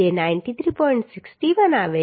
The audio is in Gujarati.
61 આવે છે